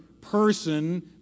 person